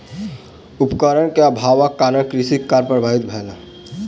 उपकरण के अभावक कारणेँ कृषि कार्य प्रभावित भेल